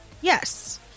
Yes